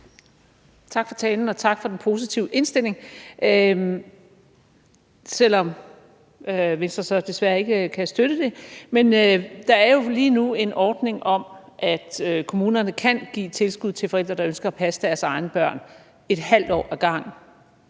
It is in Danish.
Tak for talen, og tak for den positive indstilling, selv om Venstre så desværre ikke kan støtte det. Der er jo lige nu en ordning med, at kommunerne kan give et tilskud til forældre, der ønsker at passe deres egne børn i ½ år ad gangen,